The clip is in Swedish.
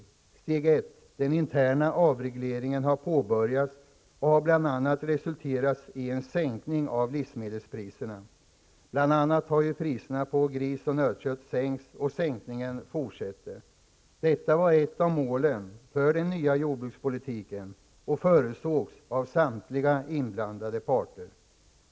Det första steget, den interna avregleringen, har påbörjats och har bl.a. resulterat i en sänkning av livsmedelspriserna. Bl.a. har priserna på gris och nötkött sänkts, och sänkningen fortsätter. Detta var ett av målen för den nya jordbrukspolitiken och förutsågs av samtliga inblandade parter.